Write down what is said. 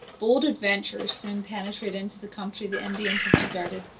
bold adventurers soon penetrate into the country the indians have deserted,